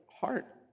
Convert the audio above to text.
heart